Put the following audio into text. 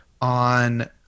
on